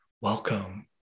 welcome